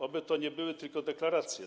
Oby to nie były tylko deklaracje.